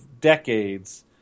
decades